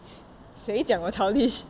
谁讲我 childish